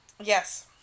Yes